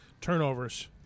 turnovers